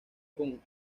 con